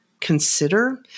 consider